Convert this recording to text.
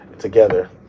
together